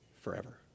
forever